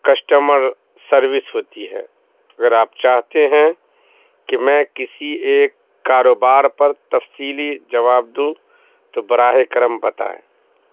customer service ہوتی ہے اگر آپ چاہتے ہیں کہ میں کسی ایک کاروبار پر تفصیلی جواب دوں تو برائے کرم بتائیں